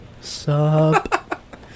Sup